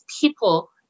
people